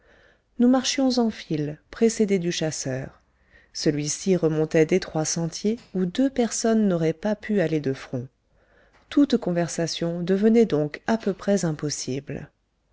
nous marchions en file précédés du chasseur celui-ci remontait d'étroits sentiers où deux personnes n'auraient pas pu aller de front toute conversation devenait donc à peu près impossible